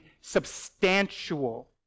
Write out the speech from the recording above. substantial